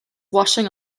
washing